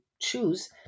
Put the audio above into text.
choose